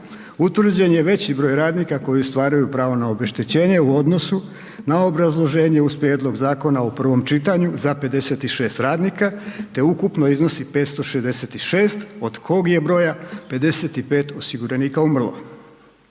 utvrđen je veći broj radnika koji ostvaruju pravo na obeštećenje u odnosu na obrazloženje uz prijedlog zakona u prvom čitanju za 56 radnika te ukupno iznosi 566 od kog je broja 55 osiguranika umrlo.